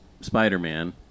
Spider-Man